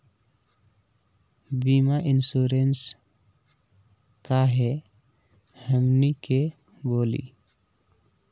बीमा इंश्योरेंस का है हमनी के बोली?